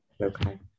okay